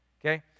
Okay